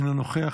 אינו נוכח,